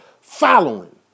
following